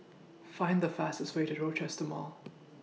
Find The fastest Way to Rochester Mall